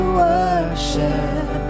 worship